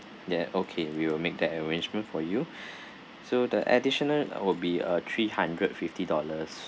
yeah okay we will make that arrangement for you so the additional uh will be uh three hundred fifty dollars